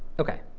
ok,